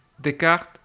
Descartes